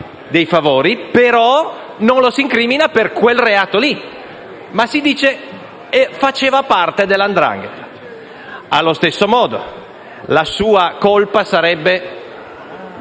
dei favori, però non lo si incrimina per quel reato, si dice che faceva parte della 'ndrangheta. Allo stesso modo, la sua colpa sarebbe